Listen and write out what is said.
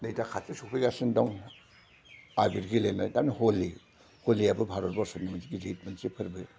नै दा खाथियाव सफैगासिनो दं आबिर गेलेनाय थारमाने हलि हलियाबो भारत बरस'नि मोनसे गिदिर मोनसे फोरबो